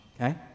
okay